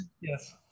Yes